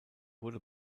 wurde